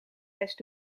best